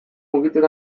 mugitzen